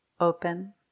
open